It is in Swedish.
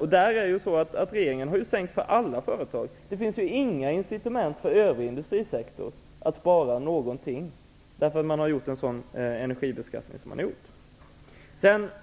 Regeringen har ju sänkt dessa kostnader för alla företag. Det finns inga incitament för övrig industrisektor att spara något på grund av den energibeskattning som har införts.